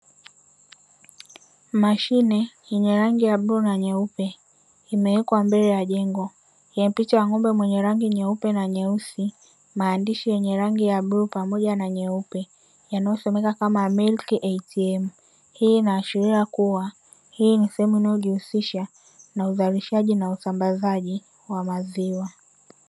Mashine yenye rangi ya bluu na nyeupe imewekwa mbele ya jengo, picha ya ng'ombe mwenye rangi nyeupe na nyeusi, maandishi ya bluu pamoja na nyeupe yanayo someka kama "Milk ATM" hii inaashiria kua hii ni sehemu inayo jihusisha na uzalishaji na usambazaji wa maziwa.